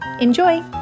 Enjoy